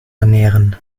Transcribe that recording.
ernähren